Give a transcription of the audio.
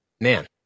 man